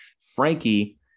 Frankie